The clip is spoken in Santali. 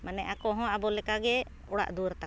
ᱢᱟᱱᱮ ᱟᱠᱚ ᱦᱚᱸ ᱟᱵᱚ ᱞᱮᱠᱟ ᱜᱮ ᱚᱲᱟᱜ ᱫᱩᱣᱟᱹᱨ ᱛᱟᱠᱚ